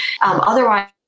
Otherwise